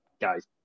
guys